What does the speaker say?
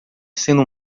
sendo